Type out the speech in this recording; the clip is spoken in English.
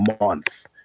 month